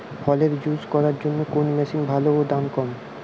ফলের জুস করার জন্য কোন মেশিন ভালো ও দাম কম?